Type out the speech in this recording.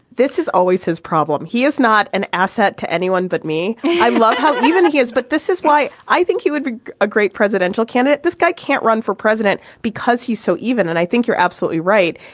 this is always his problem he is not an asset to anyone but me. i love how even he is. but this is why i think he would be a great presidential candidate. this guy can't run for president because he's. so even then. i think you're absolutely right.